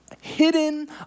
hidden